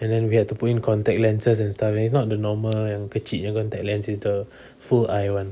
and then we had to put in contact lenses and stuff and it's not the normal yang kecil punya contact lenses it's a full eye one